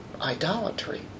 Idolatry